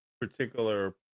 particular